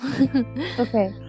okay